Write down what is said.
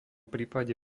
prípade